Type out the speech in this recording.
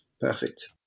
perfect